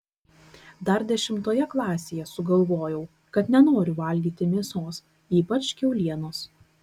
dar dešimtoje klasėje sugalvojau kad nenoriu valgyti mėsos ypač kiaulienos